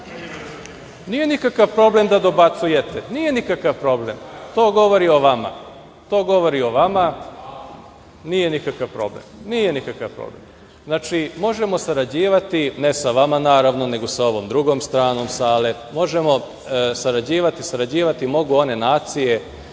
nikakav problem da dobacujete. Nije nikakav problem. To govori o vama. Nije nikakav problem. Znači, možemo sarađivati, ne sa vama nego naravno sa ovom drugom stranom sale, možemo sarađivati. Sarađivati mogu one nacije